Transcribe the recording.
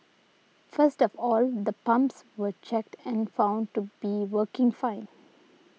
first of all the pumps were checked and found to be working fine